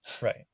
right